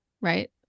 right